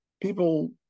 people